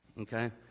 okay